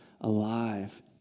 alive